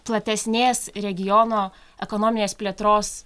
platesnės regiono ekonominės plėtros